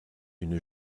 une